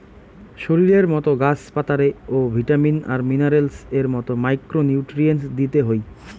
শরীরের মতো গাছ পাতারে ও ভিটামিন আর মিনারেলস এর মতো মাইক্রো নিউট্রিয়েন্টস দিতে হই